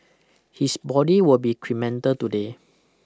his body will be cremated today